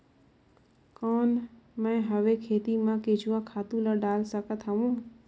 कौन मैं हवे खेती मा केचुआ खातु ला डाल सकत हवो?